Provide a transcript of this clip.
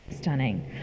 stunning